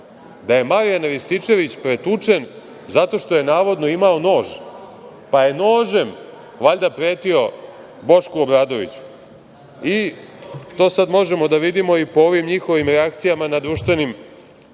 da je Marijan Rističević pretučen zato što je navodno imao nož, pa je nožem valjda pretio Bošku Obradoviću. To sad možemo da vidimo i po ovim njihovim reakcijama na društvenim